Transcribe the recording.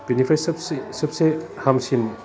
बेनिफ्राय सबसे हामसिन